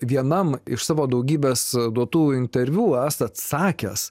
vienam iš savo daugybės duotų interviu esat sakęs